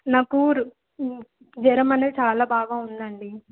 నాకు జ్వరం అనేది చాలా బాగా ఉందండి